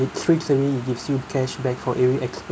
it straights away it gives you cashback for every expense